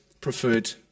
preferred